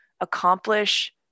accomplish